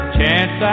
chance